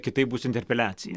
kitaip bus interpeliacija